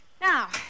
Now